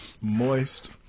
Moist